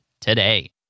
today